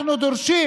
אנחנו דורשים: